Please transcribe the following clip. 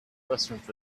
restaurant